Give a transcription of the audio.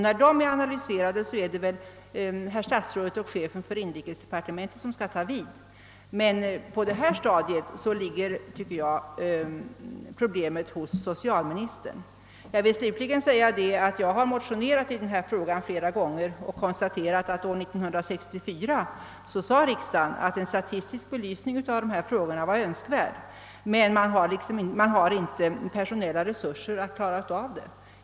När det är gjort är det väl herr statsrådet och chefen för inrikesdepartementet som skall ta vid, men på detta stadium ligger enligt min mening problemet hos socialministern. Jag vill slutligen säga, att jag har motionerat i denna fråga flera gånger och konstaterat att riksdagen år 1964 sade, att en statistisk belysning av dessa frågor vore önskvärd men att man inte hade tillräckligt med personella resurser för att genomföra en sådan.